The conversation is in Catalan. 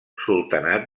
sultanat